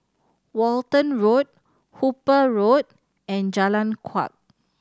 Walton Road Hooper Road and Jalan Kuak